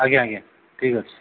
ଆଜ୍ଞା ଆଜ୍ଞା ଠିକ୍ ଅଛି